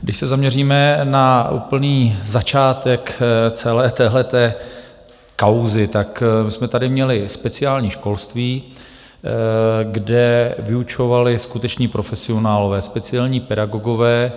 Když se zaměříme na úplný začátek celé téhle kauzy, tak my jsme tady měli speciální školství, kde vyučovali skuteční profesionálové, speciální pedagogové.